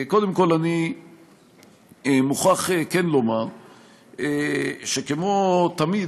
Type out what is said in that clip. קודם כול אני מוכרח כן לומר שכמו תמיד,